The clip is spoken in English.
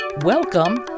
Welcome